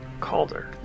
Calder